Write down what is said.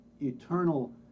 eternal